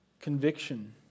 conviction